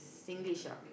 Singlish ah